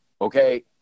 okay